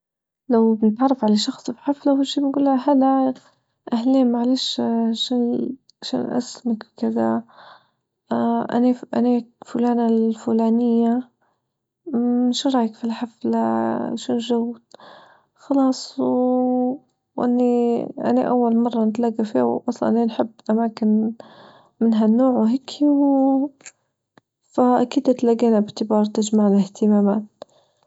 لو بنتعرف على شخص في حفلة وش نجول له هلا أهلين معليش شو ال شو أسمك وكذا أني فلانة الفلانية شو رأيك في الحفلة؟ شو الجو؟ خلاص وأنى أنى أول مرة نتلاقى فيها وأصلا لا نحب أماكن من هالنوع وهيكى وفأكيد تلاجينا باعتبار تجمعنا اهتمامات.